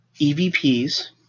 evps